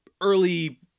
early